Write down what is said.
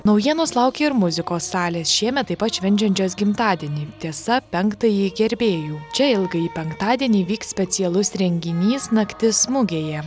naujienos laukia ir muzikos salės šiemet taip pat švenčiančios gimtadienį tiesa penktąjį gerbėjų čia ilgąjį penktadienį vyks specialus renginys naktis mugėje